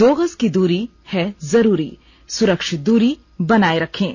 दो गज की दूरी है जरूरी सुरक्षित दूरी बनाए रखें